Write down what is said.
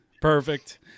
Perfect